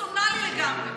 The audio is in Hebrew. פרסונלי לגמרי.